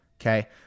Okay